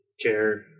care